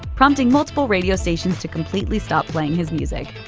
prompting multiple radio stations to completely stop playing his music.